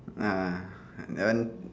ah that one